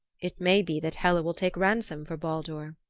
it may be that hela will take ransom for baldur.